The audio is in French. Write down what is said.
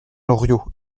loriot